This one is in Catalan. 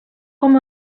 com